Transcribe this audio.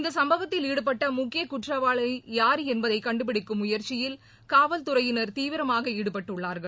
இந்தசம்பவத்தில் ஈடுபட்டமுக்கியகுற்றவாளியார் என்பதைகண்டுபிடிக்கும் முயற்சியில் காவல்துறையினர் தீவிரமாகாடுபட்டுள்ளார்கள்